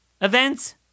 events